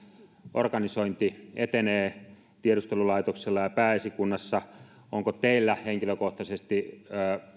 organisointi etenee tiedustelulaitoksella ja pääesikunnassa onko teillä henkilökohtaisesti